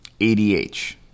ADH